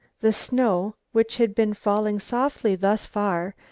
the snow, which had been falling softly thus far,